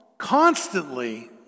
Constantly